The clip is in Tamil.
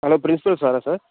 ஹலோ பிரின்ஸ்பல் சாரா சார்